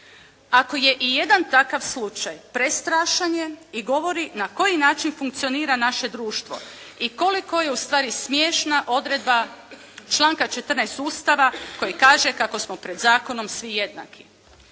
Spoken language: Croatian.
Ako je i jedan takav slučaj prestrašan je i govori na koji način funkcionira naše društvo i koliko je ustvari smiješna odredba članka 14. Ustava koji kaže kako smo pred zakonom svi jednaki.